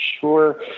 sure